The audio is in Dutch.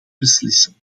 beslissen